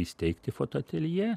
įsteigti fotoateljė